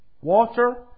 water